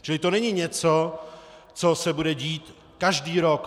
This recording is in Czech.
Čili to není něco, co se bude dít každý rok.